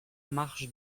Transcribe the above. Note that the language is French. marche